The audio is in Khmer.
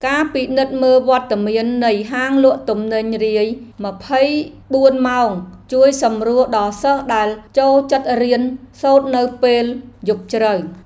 ការពិនិត្យមើលវត្តមាននៃហាងលក់ទំនិញរាយម្ភៃបួនម៉ោងជួយសម្រួលដល់សិស្សដែលចូលចិត្តរៀនសូត្រនៅពេលយប់ជ្រៅ។